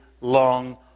long